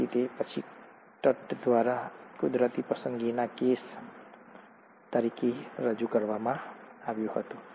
તેથી આને પછી ટટ્ટ દ્વારા કુદરતી પસંદગીના કેસ તરીકે રજૂ કરવામાં આવ્યું હતું